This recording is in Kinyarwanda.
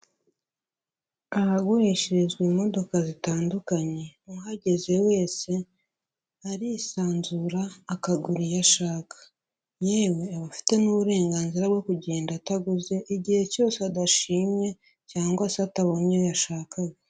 Ahagurishirizwa imodoka zitandukanye, uhageze wese arisanzura akagura iyo ashaka, yewe aba afite n'uburenganzira bwo kugenda ataguze igihe cyose adashimye cyangwa se atabonye iyo yashakaga.